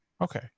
Okay